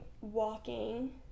walking